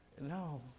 No